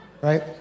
right